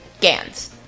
Gans